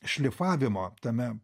šlifavimo tame